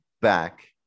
back